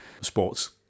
sports